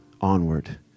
onward